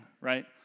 Right